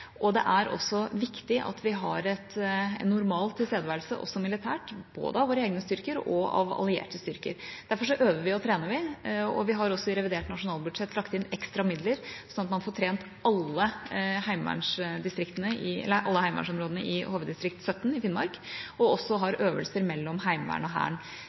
og det er også viktig at vi har en normal tilstedeværelse også militært, både av våre egne styrker og av allierte styrker. Derfor øver og trener vi. Vi har i revidert nasjonalbudsjett lagt inn ekstra midler, slik at man får trent alle heimevernsområdene i HV-distrikt 17 i Finnmark og også hatt øvelser mellom Heimevernet og Hæren.